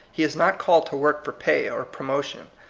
he is not called to work for pay or promotion.